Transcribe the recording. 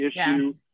issue